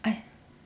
I